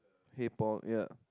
K pop ya